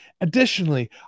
Additionally